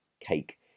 cake